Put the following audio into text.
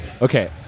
Okay